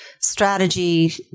strategy